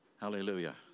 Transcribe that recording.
Hallelujah